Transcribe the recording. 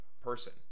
person